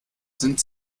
sind